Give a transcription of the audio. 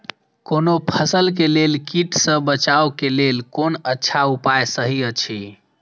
कोनो फसल के लेल कीट सँ बचाव के लेल कोन अच्छा उपाय सहि अछि?